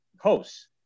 hosts